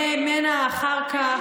ממנה אחר כך.